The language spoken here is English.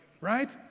right